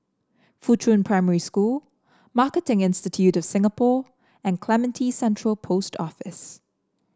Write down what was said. Fuchun Primary School Marketing Institute of Singapore and Clementi Central Post Office